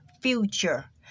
future